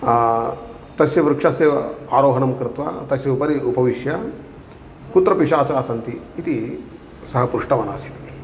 तस्य वृक्षस्य आरोहणं कृत्वा तस्य उपरि उपविश्य कुत्र पिशाचाः सन्ति इति सः पृष्टवानासीत्